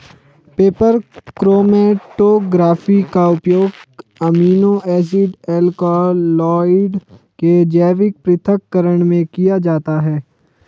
paper chromatography का उपयोग amino acid alkaloid के जैविक पृथक्करण में किया जाता है